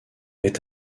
est